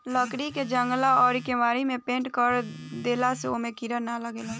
लकड़ी के जंगला अउरी केवाड़ी के पेंनट कर देला से ओमे कीड़ा ना लागेलसन